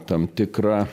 tam tikra